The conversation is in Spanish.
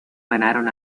ganaron